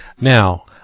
Now